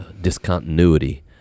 discontinuity